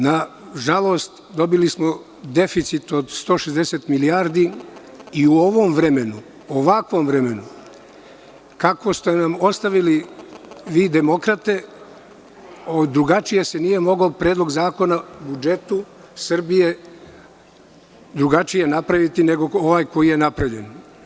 Nažalost, dobili smo deficit od 160 milijardi i u ovom vremenu, ovakvom vremenu, kako ste nam ostavili vi, demokrate, drugačije se nije mogao Predlog zakona o budžetu Srbije drugačije napraviti nego ovaj koji je napravljen.